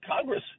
Congress